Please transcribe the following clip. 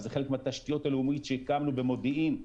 וזה חלק מהתשתית הלאומית שהקמנו במודיעין,